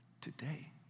today